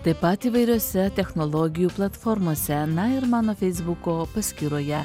taip pat įvairiose technologijų platformose na ir mano feisbuko paskyroje